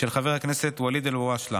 של חבר הכנסת ואליד אלהואשלה.